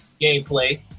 gameplay